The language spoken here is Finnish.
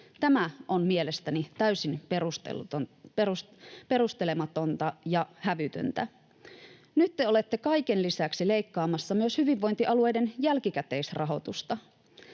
Tämä on mielestäni täysin perustelematonta ja hävytöntä. Nyt te olette kaiken lisäksi leikkaamassa myös hyvinvointialueiden jälkikäteisrahoitusta.